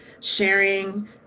sharing